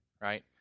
right